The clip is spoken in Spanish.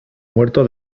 muerto